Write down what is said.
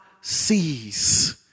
sees